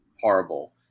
horrible